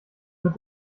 mit